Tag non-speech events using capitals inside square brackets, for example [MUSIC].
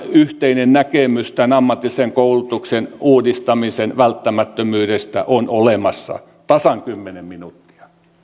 [UNINTELLIGIBLE] yhteinen näkemys tämän ammatillisen koulutuksen uudistamisen välttämättömyydestä on olemassa tasan kymmenen minuuttia